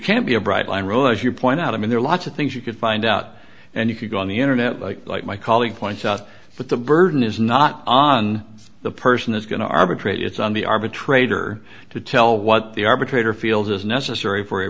rule as you point out i mean there are lots of things you could find out and you could go on the internet like like my colleague points out but the burden is not on the person is going to arbitrate it's on the arbitrator to tell what the arbitrator feels is necessary for a